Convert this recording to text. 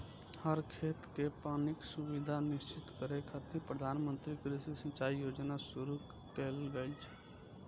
हर खेत कें पानिक सुविधा सुनिश्चित करै खातिर प्रधानमंत्री कृषि सिंचाइ योजना शुरू कैल गेलै